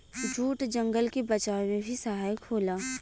jute जंगल के बचावे में भी सहायक होला